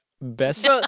Best